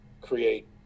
create